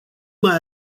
mai